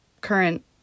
current